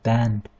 Band